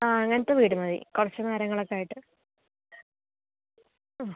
ആ അങ്ങനത്തെ വീട് മതി കുറച്ചു മരങ്ങളൊക്കെയായിട്ട് ആ